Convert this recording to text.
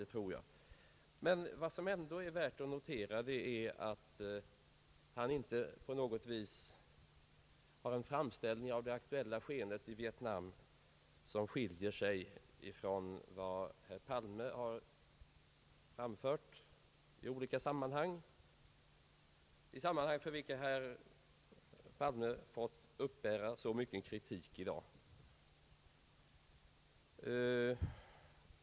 Det är ändå värt att notera att hans framställning av det aktuella skeendet i Vietnam inte på något sätt skiljer sig från vad herr Palme har anfört i olika sammanhang, för vilket herr Palme fått uppbära så mycket kritik i dag.